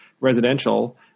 residential